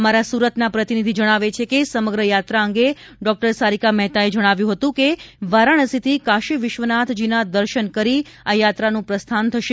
અમારા સુરતના પ્રતિનિધિ જણાવે છે કે સમગ્ર યાત્રા અંગે ડોક્ટર સારિકા મહેતાએ જણાવ્યું હતું કે વારાણસીથી કાશી વિશ્વાસનાથના દર્શન કરી આ યાત્રાનું પ્રસ્થાન થશે